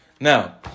Now